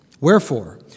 Wherefore